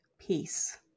peace